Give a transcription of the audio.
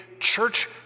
church